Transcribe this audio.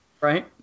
Right